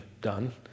done